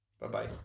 Bye-bye